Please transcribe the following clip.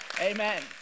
Amen